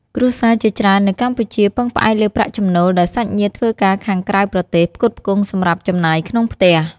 គ្រួសារជាច្រើននៅកម្ពុជា ពឹងផ្អែកលើប្រាក់ចំណូលដែលសាច់ញាតិធ្វើការខាងក្រៅប្រទេសផ្គត់ផ្គង់សម្រាប់ចំណាយក្នុងផ្ទះ។